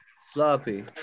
Sloppy